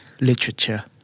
Literature